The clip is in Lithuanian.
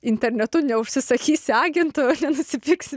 internetu neužsisakysi agentų ir nenusipirksi